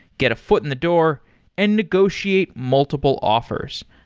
get a foot in the door and negotiate multiple offers.